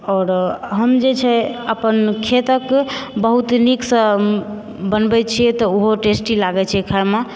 आओर हम जे छै अपन खेतक बहुत नीकसँ बनबै छिऐ तऽ ओहो टेस्टी लागैत छै खाएमे